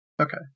Okay